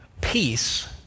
peace